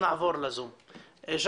אז